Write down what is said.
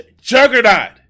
Juggernaut